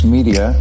Media